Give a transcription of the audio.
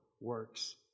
works